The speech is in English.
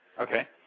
Okay